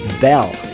Bell